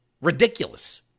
ridiculous